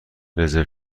رزرو